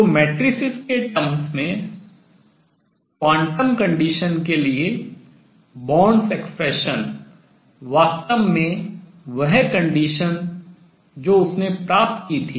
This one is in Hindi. तो मेट्रिसेस के terms पदों में quantum condition क्वांटम प्रतिबन्ध शर्त के लिए Born's expression बॉर्न व्यंजक वास्तव में वह condition शर्त जो उसने प्राप्त की थी